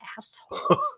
asshole